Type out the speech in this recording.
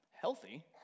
healthy